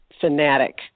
fanatic